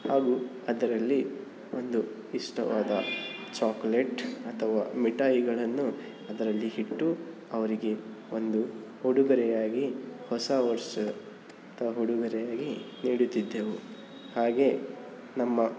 ಹಾಗು ಅದರಲ್ಲಿ ಒಂದು ಇಷ್ಟವಾದ ಚಾಕೊಲೇಟ್ ಅಥವಾ ಮಿಠಾಯಿಗಳನ್ನು ಅದರಲ್ಲಿ ಇಟ್ಟು ಅವರಿಗೆ ಒಂದು ಉಡುಗೊರೆಯಾಗಿ ಹೊಸ ವರ್ಷದ ಉಡುಗೊರೆಯಾಗಿ ನೀಡುತ್ತಿದ್ದೆವು ಹಾಗೆ ನಮ್ಮ